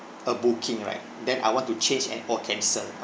a booking right then I want to change and or cancel